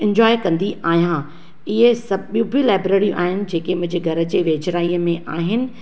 enjoy कंदी आहियां इहे सभु ॿियूं बि लाइब्रेरी आहिनि जेके मुंहिंजे घर जे वेझिड़ाईअ में आहिनि